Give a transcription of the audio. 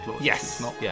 Yes